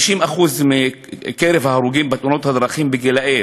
50% מקרב ההרוגים בתאונות הדרכים גילאי